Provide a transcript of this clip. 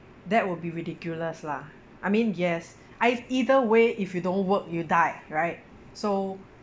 that will be ridiculous lah I mean yes I've either way if you don't work you die right so